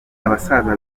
abasaza